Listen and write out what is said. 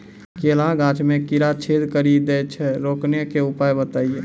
केला गाछ मे कीड़ा छेदा कड़ी दे छ रोकने के उपाय बताइए?